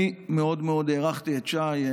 אני מאוד מאוד הערכתי את שי.